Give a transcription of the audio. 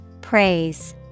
Praise